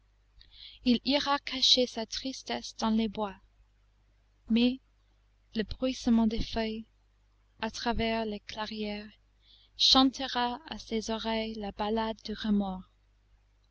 il ira cacher sa tristesse dans les bois mais le bruissement des feuilles à travers les clairières chantera à ses oreilles la ballade du